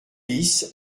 lys